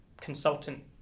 consultant